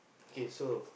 okay so